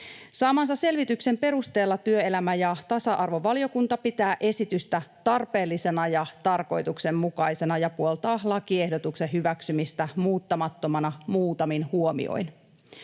Saamansa selvityksen perusteella työelämä- ja tasa-arvovaliokunta pitää esitystä tarpeellisena ja tarkoituksenmukaisena ja puoltaa lakiehdotuksen hyväksymistä muuttamattomana muutamin huomioin.